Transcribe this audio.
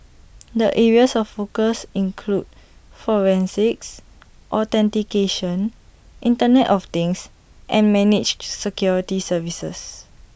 the areas of focus include forensics authentication Internet of things and managed security services